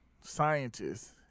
scientists